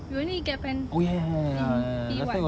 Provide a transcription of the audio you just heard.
we only get pen in P one